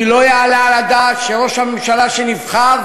כי לא יעלה על הדעת שראש הממשלה שנבחר,